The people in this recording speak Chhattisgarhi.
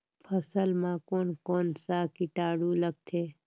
फसल मा कोन कोन सा कीटाणु लगथे?